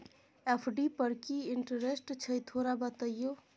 FD पर की interest छय थोरा बतईयो?